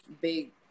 big